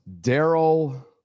Daryl